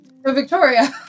Victoria